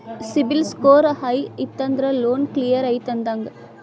CIBIL score high ಇತ್ತಂದ್ರ loan clear ಐತಿ ಅಂದಂಗ